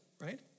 right